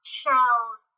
shells